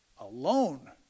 Alone